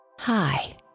Hi